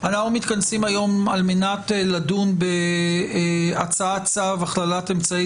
מתכנסים היום על מנת לדון בהצעת צו הכללת אמצעי